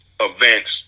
events